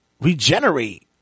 regenerate